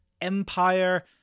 Empire